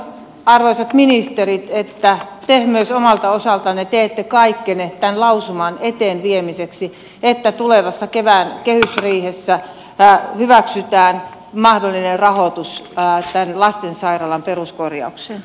toivon arvoisat ministerit että myös te omalta osaltanne teette kaikkenne tämän lausuman eteenpäin viemiseksi niin että tulevassa kevään kehysriihessä hyväksytään mahdollinen rahoitus tämän lastensairaalan peruskorjaukseen